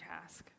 task